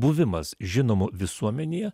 buvimas žinomu visuomenėje